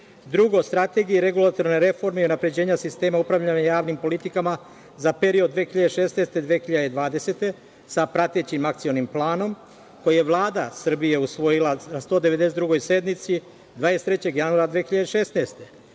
drugo, Strategiji regulatorne reforme i unapređenja sistema upravljanja javnim politikama za period 2016-2020. godine, sa pratećim Akcionim planom koji je Vlada Srbije usvojila na 192. sednici 23. januara 2016.